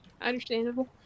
Understandable